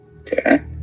Okay